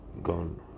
gone